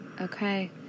Okay